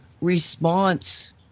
response